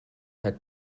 hat